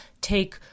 take